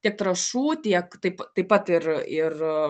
tiek trąšų tiek taip taip pat ir ir